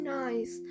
nice